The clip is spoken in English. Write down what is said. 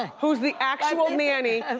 who's the actual nanny, and